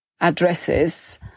addresses